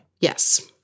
Yes